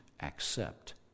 accept